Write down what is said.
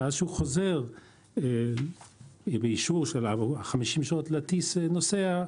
ואז שהוא חוזר באישור של 50 שעות להטיס נוסע,